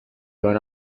join